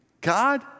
God